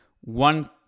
one